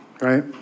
right